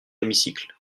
l’hémicycle